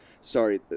Sorry